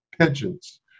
pigeons